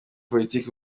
politiki